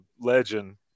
legend